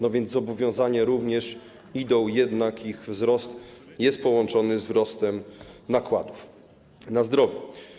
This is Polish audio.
No więc zobowiązania również idą, jednak ich wzrost jest połączony ze wzrostem nakładów na zdrowie.